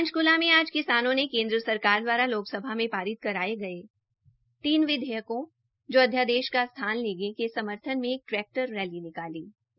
पंचक्ला में आज किसानों ने केन्द्र सरकार दवारा लोकसभा में पारित कराये गये तीन विधेयकों जो अध्यादेश का स्थान लेंगे के समर्थन में एक एक ट्रैक्टर रैली निकाली निकाली